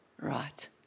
Right